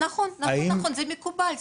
נכון, נכון וזה מקובל.